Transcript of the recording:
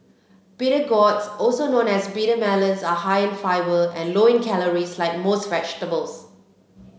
bitter gourds also known as bitter melons are high in fibre and low in calories like most vegetables